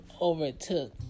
overtook